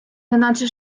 неначе